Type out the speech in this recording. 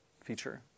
feature